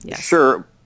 Sure